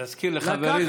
להזכיר לחבריי,